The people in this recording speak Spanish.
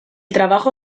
trabajo